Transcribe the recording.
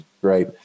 great